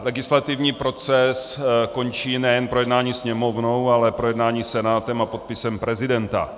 Legislativní proces končí nejen projednáním Sněmovnou, ale projednáním Senátem a podpisem prezidenta.